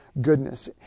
goodness